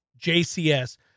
jcs